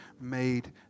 made